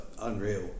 unreal